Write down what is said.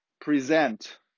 present